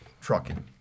trucking